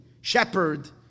Shepherd